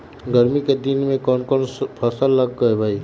गर्मी के दिन में कौन कौन फसल लगबई?